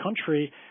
country